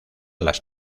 las